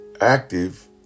active